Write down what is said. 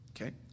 Okay